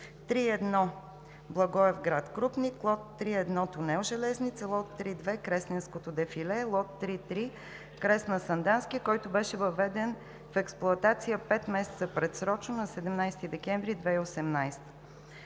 3.1 „Благоевград – Крупник“, лот 3.1 тунел „Железница“, лот 3.2 „Кресненско дефиле“, лот 3.3 „Кресна – Сандански“, който беше въведен в експлоатация пет месеца предсрочно на 17 декември 2018